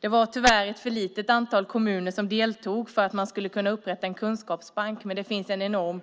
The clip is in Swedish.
Det var tyvärr ett för litet antal kommuner som deltog för att man skulle kunna upprätta en kunskapsbank, men det finns en enorm